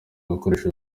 ibikoresho